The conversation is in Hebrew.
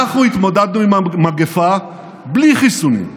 אנחנו התמודדנו עם המגפה בלי חיסונים,